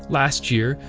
last year,